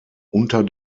unter